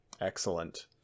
Excellent